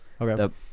Okay